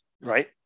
right